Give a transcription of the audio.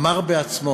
אמר בעצמו